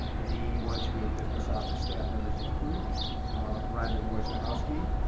the d one two eight business office staff members include rhonda worjehowski,